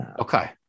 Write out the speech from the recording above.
Okay